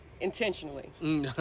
intentionally